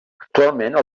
actualment